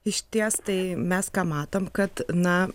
išties tai mes ką matom kad na